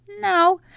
No